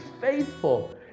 faithful